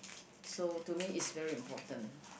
so to me it's very important